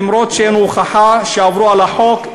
אף שאין הוכחה שעברו על החוק,